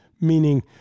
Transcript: meaning